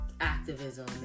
activism